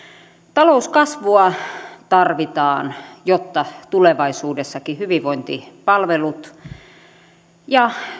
talouskasvua tarvitaan jotta tulevaisuudessakin hyvinvointipalveluista ja